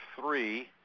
three